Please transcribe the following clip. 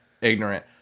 ignorant